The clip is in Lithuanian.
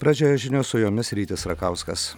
pradžioje žinios su jomis rytis rakauskas